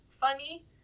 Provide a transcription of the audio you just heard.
funny